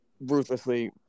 ruthlessly